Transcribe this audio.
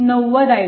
म्हणून 90 i2